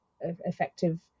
effective